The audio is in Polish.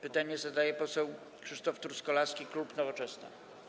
Pytanie zadaje poseł Krzysztof Truskolaski, klub Nowoczesna.